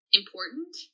important